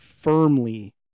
firmly